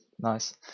nice